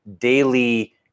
daily